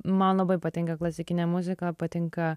man labai patinka klasikinė muzika patinka